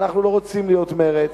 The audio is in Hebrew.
מאה אחוז.